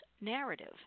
narrative